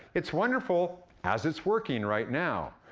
it's wonderful, as it's working right now,